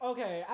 Okay